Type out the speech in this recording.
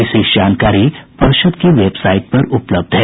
विस्तृत जानकारी पर्षद् की वेबसाइट पर उपलब्ध है